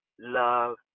love